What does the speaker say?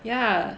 yeah